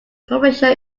publisher